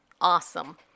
awesome